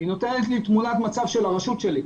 היא נותנת לי תמונת מצב של הרשות שלי,